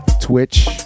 Twitch